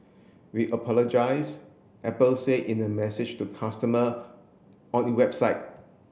we apologise Apple say in a message to customer on it website